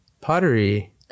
pottery